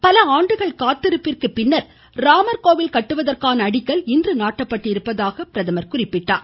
பல ஆண்டுகள் காத்திருப்பிற்கு பின்னர் ராமர் கோவில் கட்டுவதற்கான அடிக்கல் இன்று நாட்டப்பட்டிருப்பதாக குறிப்பிட்டார்